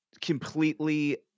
completely